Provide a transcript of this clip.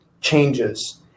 changes